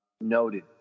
noted